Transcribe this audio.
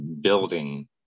building